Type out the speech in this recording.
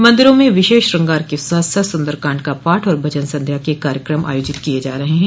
मंदिरों में विशेष श्रंगार के साथ साथ सुन्दरकांड का पाठ और भजन संध्या के कार्यक्रम आयोजित किये जा रहे हैं